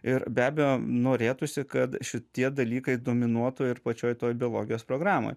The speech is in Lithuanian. ir be abejo norėtųsi kad šitie dalykai dominuotų ir pačioj toj biologijos programoj